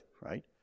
right